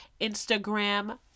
instagram